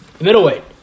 Middleweight